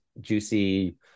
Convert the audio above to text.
juicy